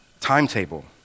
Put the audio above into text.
timetable